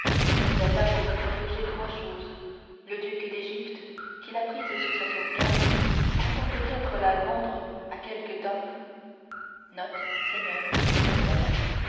mais elle a pour se protéger trois choses le duc d'égypte qui l'a prise sous sa sauvegarde comptant peut-être la vendre à quelque damp